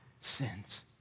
sins